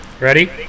ready